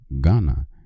Ghana